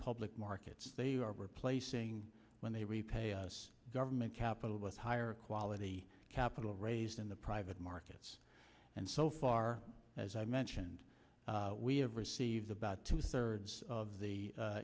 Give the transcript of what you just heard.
public markets they are replacing when they repay us government capital with higher quality capital in the private markets and so far as i mentioned we have received about two thirds of the